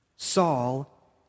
Saul